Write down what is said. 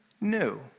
new